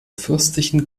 fürstlichen